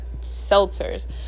seltzers